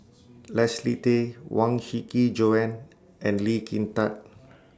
Leslie Tay Huang Shiqi Joan and Lee Kin Tat